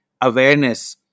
awareness